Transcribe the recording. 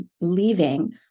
leaving